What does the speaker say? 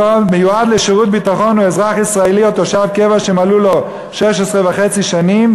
מיועד לשירות ביטחון הוא אזרח ישראלי או תושב קבע שמלאו לו 16.5 שנים,